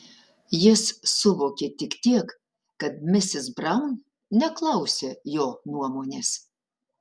jis suvokė tik tiek kad misis braun neklausia jo nuomonės